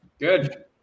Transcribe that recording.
Good